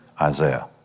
Isaiah